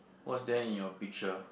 what's there in your picture